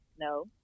No